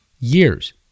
Years